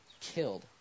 killed